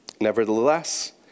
Nevertheless